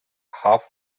half